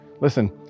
listen